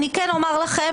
אני כן אומר לכם,